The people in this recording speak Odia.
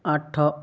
ଆଠ